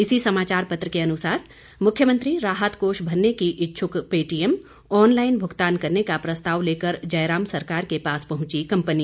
इसी समाचार पत्र के अनुसार मुख्यमंत्री राहत कोष भरने की इच्छुक पेटीएम ऑनलाइन भूगतान करने का प्रस्ताव लेकर जयराम सरकार के पास पहुंची कंपनी